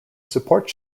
support